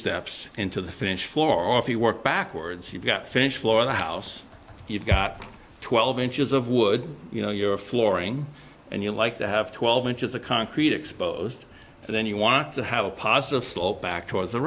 steps into the finished floor if you work backwards you've got finished floor the house you've got twelve inches of wood you know you're flooring and you like to have twelve inches of concrete exposed and then you want to have a positive slope back towards the